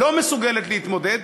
לא מסוגלת להתמודד.